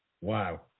Wow